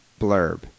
blurb